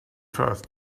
first